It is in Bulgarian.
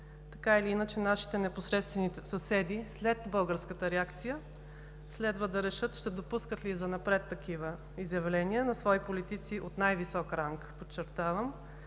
Така или иначе, нашите непосредствени съседи след българската реакция следва да решат ще допускат ли и занапред такива изявления на свои политици от най-висок ранг – подчертавам,